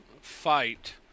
fight